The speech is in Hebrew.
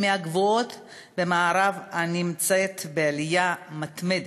מהגבוהות במערב ונמצאת בעלייה מתמדת.